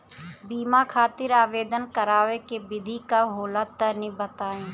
बीमा खातिर आवेदन करावे के विधि का होला तनि बताईं?